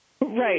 Right